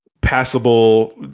passable